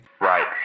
Right